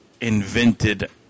invented